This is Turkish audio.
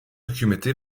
hükümeti